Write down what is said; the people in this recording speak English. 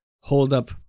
hold-up